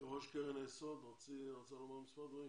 יושב ראש קרן היסוד, רוצה לומר מספר דברים?